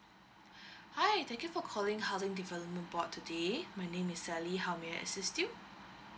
hi thank you for calling housing development board today my name is Sally how may I assist you